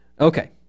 Okay